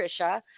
Tricia